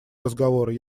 разговор